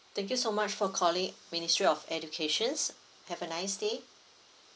thank you so much for calling ministry of educations have a nice day